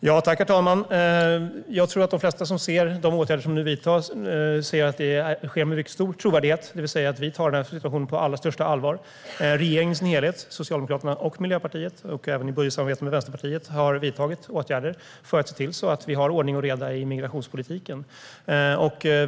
Herr talman! Jag tror att de flesta ser att åtgärder nu vidtas med stor trovärdighet, det vill säga vi tar den här situationen på allra största allvar. Regeringen i sin helhet - Socialdemokraterna och Miljöpartiet och även Vänsterpartiet i budgetsamarbetet - har vidtagit åtgärder för att se till att vi har ordning och reda i migrationspolitiken.